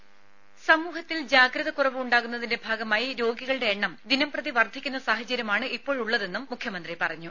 voice രുമ സമൂഹത്തിൽ ജാഗ്രതക്കുറവ് ഉണ്ടാകുന്നതിന്റെ ഭാഗമായി രോഗികളുടെ എണ്ണം ദിനംപ്രതി വർധിക്കുന്ന സാഹചര്യമാണ് ഇപ്പോഴുള്ളതെന്നും മുഖ്യമന്ത്രി പറഞ്ഞു